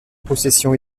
possession